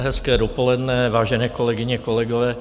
Hezké dopoledne, vážené kolegyně, kolegové.